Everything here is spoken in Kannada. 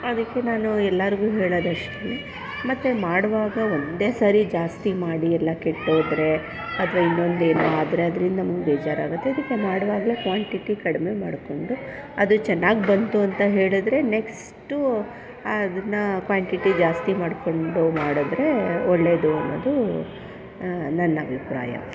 ಅದಕ್ಕೆ ನಾನು ಎಲ್ಲರಿಗೂ ಹೇಳೋದಷ್ಟೇ ಮತ್ತೆ ಮಾಡುವಾಗ ಒಂದೇ ಸರಿ ಜಾಸ್ತಿ ಮಾಡಿ ಎಲ್ಲ ಕೆಟ್ಟೋದರೆ ಅಥವಾ ಇನ್ನೊಂದೇನೋ ಆದರೆ ಅದ್ರಿಂದ ನಮ್ಗೆ ಬೇಜಾರಾಗುತ್ತೆ ಅದಕ್ಕೆ ಮಾಡುವಾಗಲೇ ಕ್ವಾಂಟಿಟಿ ಕಡಿಮೆ ಮಾಡಿಕೊಂಡು ಅದು ಚೆನ್ನಾಗಿ ಬಂತು ಅಂತ ಹೇಳಿದರೆ ನೆಕ್ಸ್ಟು ಆ ಅದನ್ನು ಕ್ವಾಂಟಿಟಿ ಜಾಸ್ತಿ ಮಾಡಿಕೊಂಡು ಮಾಡಿದರೆ ಒಳ್ಳೆಯದು ಅನ್ನೋದು ನನ್ನ ಅಭಿಪ್ರಾಯ